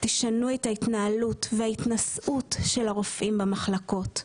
תשנו את ההתנהלות וההתנשאות של הרופאים במחלקות,